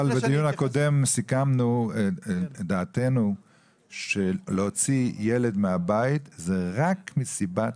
בדיון הקודם סיכמנו את דעתנו שלהוציא ילד מהבית זה רק מסיבת